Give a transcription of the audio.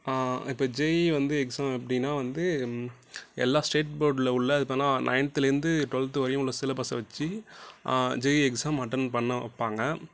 இப்போ ஜெஈ வந்து எக்ஸாம் எப்படின்னா வந்து எல்லா ஸ்டேட் போட்ல உள்ள அதுபேர்னால் நயன்த்துலேருந்து டுவெல்த் வரையும் உள்ள சிலபஸ்ஸை வச்சு ஜெஈ எக்ஸாம் அட்டன் பண்ண வைப்பாங்க